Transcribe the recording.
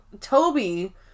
Toby